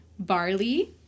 Barley